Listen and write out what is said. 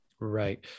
Right